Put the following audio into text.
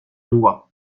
loi